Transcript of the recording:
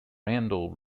randall